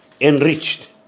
enriched